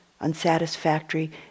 unsatisfactory